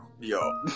Yo